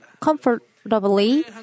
comfortably